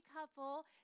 couple